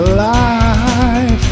life